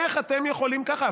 איך אתם יכולים ככה?